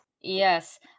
Yes